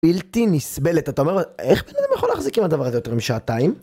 בלתי נסבלת, אתה אומר, איך בן אדם יכול להחזיק עם הדבר הזה, יותר משעתיים?